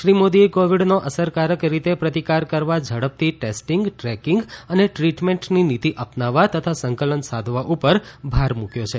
શ્રી મોદીએ કોવિડનો અસરકારક રીતે પ્રતિકાર કરવા ઝડપથી ટેસ્ટીંગ ટ્રેકિંગ અને દ્રિટમેન્ટની નીતિ અપનાવવા તથા સંકલન સાધવા ઉપર ભાર મૂક્યો છે